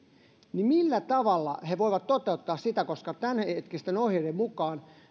niin millä tavalla he voivat toteuttaa sitä koska tämänhetkisten ohjeiden mukaan